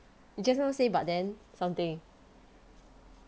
just now you say but then something